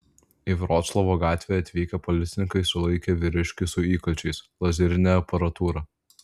į vroclavo gatvę atvykę policininkai sulaikė vyriškį su įkalčiais lazerine aparatūra